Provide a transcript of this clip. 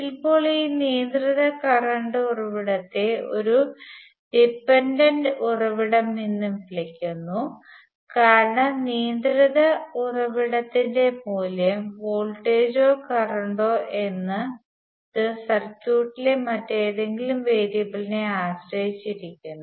ചിലപ്പോൾ ഈ നിയന്ത്രിത കറണ്ട് ഉറവിടത്തെ ഒരു ഡിപെൻഡന്റ് ഉറവിടം എന്നും വിളിക്കുന്നു കാരണം നിയന്ത്രിത ഉറവിടത്തിന്റെ മൂല്യം വോൾട്ടേജോ കറന്റോ എന്നത് സർക്യൂട്ടിലെ മറ്റേതെങ്കിലും വേരിയബിളിനെ ആശ്രയിച്ചിരിക്കുന്നു